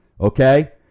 okay